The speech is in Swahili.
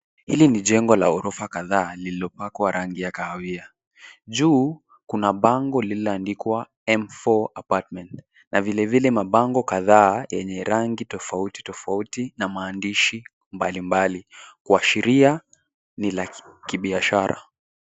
Hili ni jengo la ghorofa kadhaa lililopakwa rangi ya kahawia. Juu kuna bango lililoandikwa M4 Apartment na vilevile mabango kadhaa yenye rangi tofauti tofauti na maandishi mbalimbali kuashiria ni la kibiashara.